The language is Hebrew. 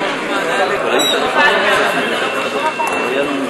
אז תיתנו לנו כבר להתחיל לעבוד.